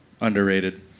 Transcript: Underrated